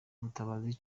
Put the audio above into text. mutabazi